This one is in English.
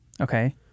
Okay